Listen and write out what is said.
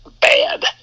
bad